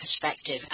perspective